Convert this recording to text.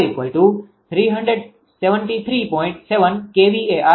7 kVAr આવે છે જે 𝑄𝑙 છે